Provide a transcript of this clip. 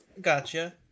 Gotcha